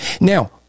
Now